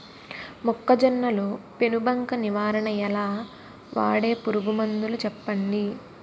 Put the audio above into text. మొక్కజొన్న లో పెను బంక నివారణ ఎలా? వాడే పురుగు మందులు చెప్పండి?